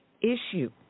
issue